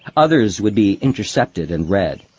others would be intercepted and read.